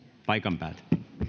paikan päältä